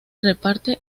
reparte